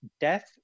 death